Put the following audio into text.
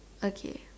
okay